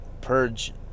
Purge